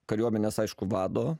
kariuomenės aišku vado